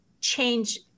change